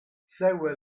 segue